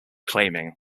claiming